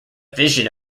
vision